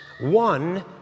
One